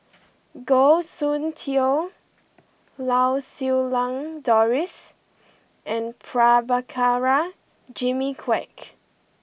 Goh Soon Tioe Lau Siew Lang Doris and Prabhakara Jimmy Quek